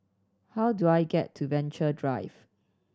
how do I get to Venture Drive